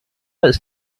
ist